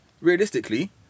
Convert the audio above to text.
realistically